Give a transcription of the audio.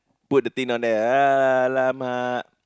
put the thing down there ah !alamak!